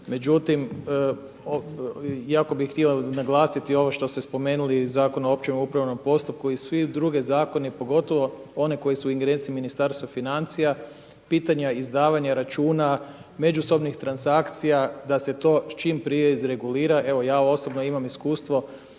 Međutim, iako bih htio naglasiti ovo što ste spomenuli Zakon o općem upravnom postupku i sve druge zakone pogotovo one koji su u ingerenciji Ministarstva financija, pitanja izdavanja računa, međusobnih transakcija da se to čim prije izregulira. Evo ja osobno imam iskustvo